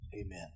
Amen